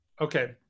Okay